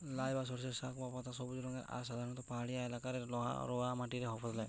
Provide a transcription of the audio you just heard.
লাই বা সর্ষের শাক বা পাতা সবুজ রঙের আর সাধারণত পাহাড়িয়া এলাকারে লহা রওয়া মাটিরে ফলে